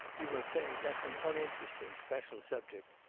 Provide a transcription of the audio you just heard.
you will say that's an uninteresting, special subject,